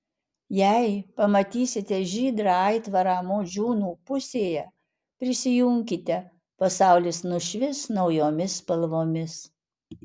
jei pamatysite žydrą aitvarą modžiūnų pusėje prisijunkite pasaulis nušvis naujomis spalvomis